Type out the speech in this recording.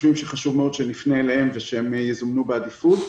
חושבים שחשוב מאוד שנפנה אליהם ושהם יזומנו בעדיפות.